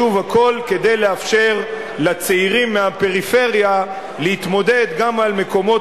הכול כדי לאפשר לצעירים מהפריפריה להתמודד גם על מקומות